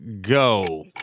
go